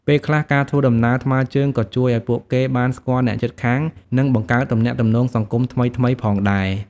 ពេលខ្លះ ការធ្វើដំណើរថ្មើរជើងក៏ជួយឱ្យពួកគេបានស្គាល់អ្នកជិតខាងនិងបង្កើតទំនាក់ទំនងសង្គមថ្មីៗផងដែរ។